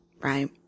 right